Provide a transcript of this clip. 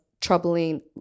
troubling